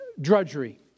drudgery